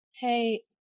Hey